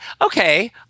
okay